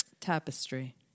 Tapestry